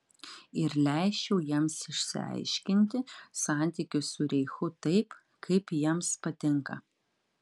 ir leisčiau jiems išsiaiškinti santykius su reichu taip kaip jiems patinka